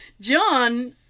John